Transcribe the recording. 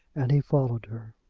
and he followed her.